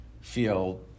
feel